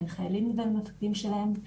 בין חיילים ובין המפקדים שלהם,